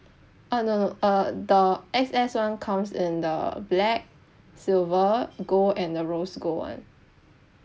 ah no no uh the x s [one] comes in the black silver gold and the rose gold [one]